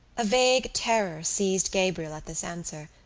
a vague terror seized gabriel at this answer,